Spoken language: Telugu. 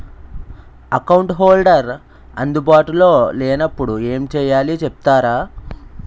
అకౌంట్ హోల్డర్ అందు బాటులో లే నప్పుడు ఎం చేయాలి చెప్తారా?